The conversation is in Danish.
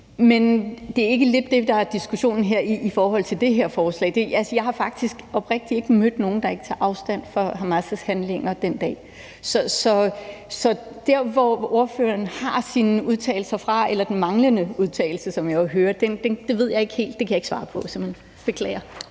men det er ikke det, der er diskussionen her i forhold til det her forslag. Jeg har faktisk oprigtigt ikke mødt nogen, der ikke tager afstand fra Hamas' handlinger den dag. Så hvor ordføreren har sine udtalelser fra – eller de mange udtalelser, som jeg hører – ved jeg ikke helt. Det kan jeg simpelt hen ikke svare på, beklager.